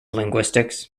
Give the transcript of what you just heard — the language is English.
linguistics